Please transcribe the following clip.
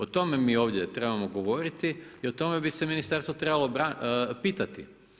O tome mi ovdje trebamo govoriti i o tome bi se ministarstvo trebalo pitati.